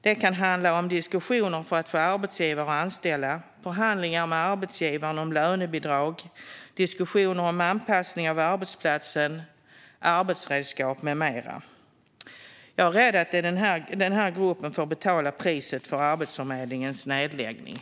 Det kan handla om diskussioner för att få arbetsgivare att anställa, förhandlingar med arbetsgivare om lönebidrag, diskussioner om anpassning av arbetsplatsen, arbetsredskap med mera. Jag är rädd att det är den här gruppen som får betala priset för Arbetsförmedlingens neddragningar.